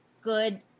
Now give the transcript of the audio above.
good